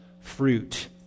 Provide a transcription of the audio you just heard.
fruit